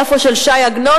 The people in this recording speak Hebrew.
יפו של ש"י עגנון,